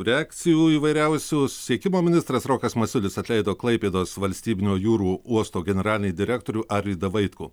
reakcijų įvairiausių susiekimo ministras rokas masiulis atleido klaipėdos valstybinio jūrų uosto generalinį direktorių arvydą vaitkų